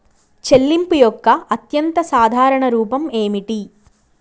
చెల్లింపు యొక్క అత్యంత సాధారణ రూపం ఏమిటి?